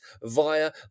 via